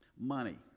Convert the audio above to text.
Money